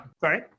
sorry